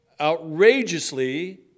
outrageously